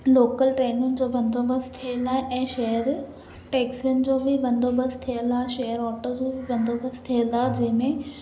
local ट्रेनुनि जो बंदोबस्त थिअल आहे ऐं शेयर टैक्सिनि जो बि बंदोबस्त थिअल आहे शेयर ऑटो जो बि बंदोबस्त थिअल आहे जंहिं में